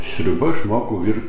sriuba išmokau vir